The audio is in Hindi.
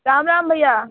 राम राम भय्या